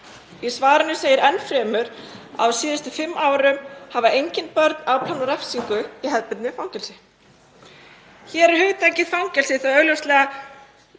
Í svarinu segir enn fremur að á síðustu fimm árum hafi engin börn afplánað refsingu í hefðbundnu fangelsi. Hér er hugtakið fangelsi þá augljóslega